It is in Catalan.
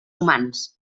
humans